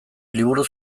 liburu